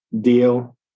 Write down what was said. deal